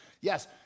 Yes